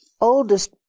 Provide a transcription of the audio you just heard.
oldest